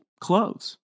clothes